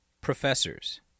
professors